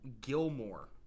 Gilmore